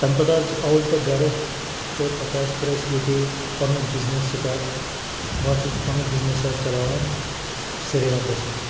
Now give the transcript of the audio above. تَمہِ پَتہٕ حظ آوُس بہٕ گَرٕ تہٕ پَتہٕ حظ کٔر اَسہِ ییٚتے پَنُن بِزنٮ۪س سٹاٹ بہٕ حظ چھُس پَنُن بِزنٮ۪س حظ چَلاوان سرینگرَس منٛز